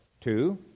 Two